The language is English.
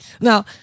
Now